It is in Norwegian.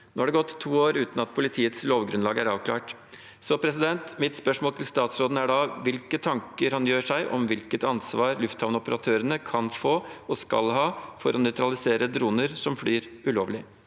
Nå har det gått to år uten at politiets lovgrunnlag er avklart. Mitt spørsmål til statsråden er da hvilke tanker han gjør seg om hvilket ansvar lufthavnoperatørene kan få og skal ha, for å nøytralisere droner som flyr ulovlig.